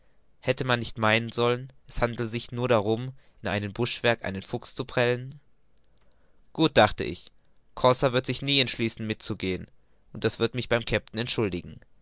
hätte man nicht meinen sollen es handle sich nur darum in einem buschwerk einen fuchs zu prellen gut dachte ich conseil wird sich nie entschließen mit zu gehen und das wird mich beim kapitän entschuldigen